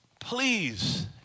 Please